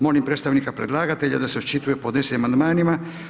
Molim predstavnika predlagatelja da se očituje o podnesenim amandmanima.